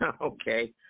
okay